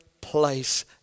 place